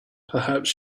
perhaps